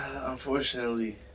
Unfortunately